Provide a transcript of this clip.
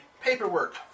paperwork